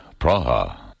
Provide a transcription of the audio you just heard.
Praha